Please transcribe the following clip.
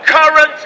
Current